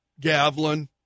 Gavlin